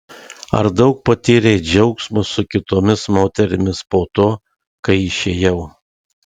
ar daug patyrei džiaugsmo su kitomis moterimis po to kai išėjau